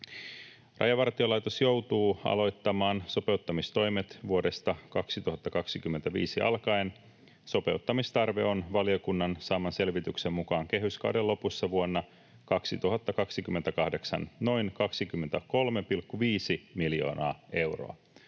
”Rajavartiolaitos joutuu aloittamaan sopeuttamistoimet vuodesta 2025 alkaen. Sopeuttamistarve on valiokunnan saaman selvityksen mukaan kehyskauden lopussa vuonna 2028 noin 23,5 miljoonaa euroa.”